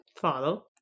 Follow